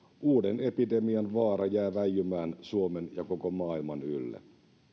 uuden epidemian vaara jää väijymään suomen ja koko maailman ylle